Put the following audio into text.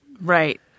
Right